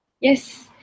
Yes